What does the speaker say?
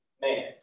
man